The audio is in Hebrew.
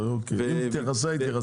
אם היא התייחסה אז התייחסה,